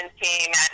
team